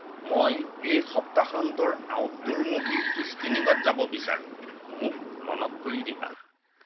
মই এই সপ্তাহান্তৰ আউটড'ৰ মুভি স্ক্ৰিণিংত যাব বিচাৰো মোক মনত কৰি দিবা